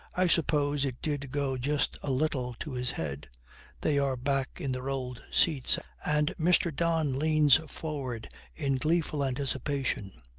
i suppose it did go just a little to his head they are back in their old seats, and mr. don leans forward in gleeful anticipation.